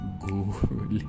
go